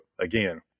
again